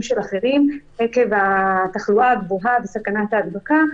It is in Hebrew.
של אחרים עקב התחלואה הגבוהה וסכנת ההדבקה.